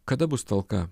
kada bus talka